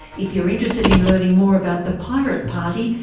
if you're interested in learning more about the pirate party,